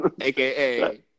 AKA